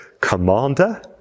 commander